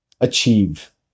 achieve